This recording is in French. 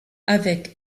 avec